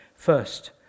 First